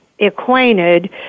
acquainted